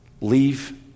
leave